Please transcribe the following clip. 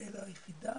אל היחידה